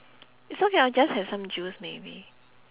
it's okay I'll just have some juice maybe